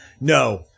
No